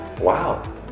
wow